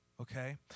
Okay